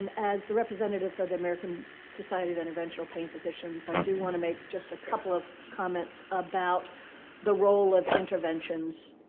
um as the representative for the american society of interventional pain physicians, i do want to make just a couple of comments about the role of interventions,